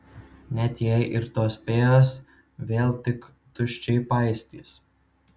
net jei ir tos fėjos vėl tik tuščiai paistys